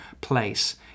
place